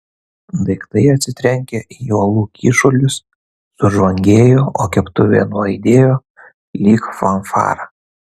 daiktai atsitrenkę į uolų kyšulius sužvangėjo o keptuvė nuaidėjo lyg fanfara